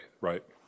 Right